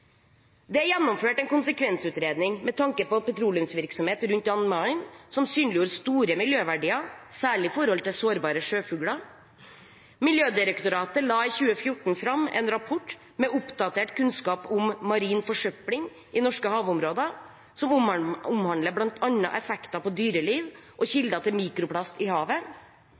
Det er gjennomført en konsekvensutredning med tanke på petroleumsvirksomhet rundt Jan Mayen, som synliggjorde store miljøverdier, særlig i forhold til sårbare sjøfugler. Miljødirektoratet la i 2014 fram en rapport med oppdatert kunnskap om marin forsøpling i norske havområder, som omhandlet bl.a. effekter på dyreliv og kilder til mikroplast i havet.